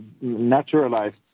naturalized